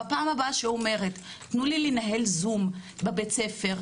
בפעם הבאה שאומרת תנו לי לנהל זום בבית הספר,